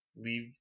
leave